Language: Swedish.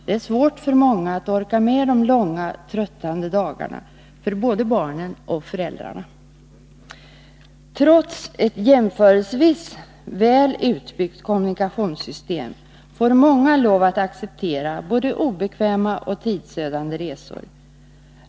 Det är svårt för många, både barn och föräldrar, att orka med de långa tröttande dagarna. Trots ett jämförelsevis väl utbyggt kommunikationssystem får många lov att acceptera både obekväma och tidsödande resor.